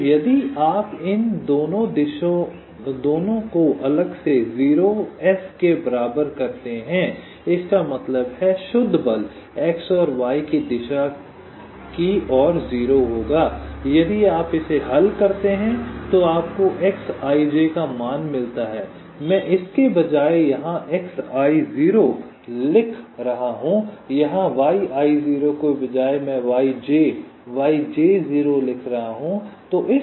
तो यदि आप इन दोनों को अलग से 0s के बराबर करते हैं इसका मतलब है शुद्ध बल x और y दिशा की ओर 0 होगा यदि आप इसे हल करते हैं तो आपको xij का मान मिलता है मैं इसके बजाय यहां xi0 लिख रहा हूं यहां yi0 के बजाय मैं yj yj0 लिख रहा हूं